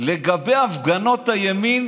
לגבי הפגנות הימין,